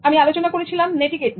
আমি আলোচনা করেছিলাম নেটিকেট নিয়ে